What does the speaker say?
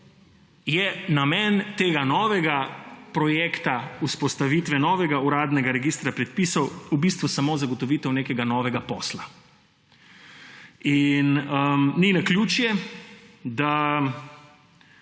je namen tega novega projekta, vzpostavitve novega uradnega registra predpisov v bistvu samo zagotovitev nekega novega posla. In ni naključje, da